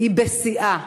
היא בשיאה,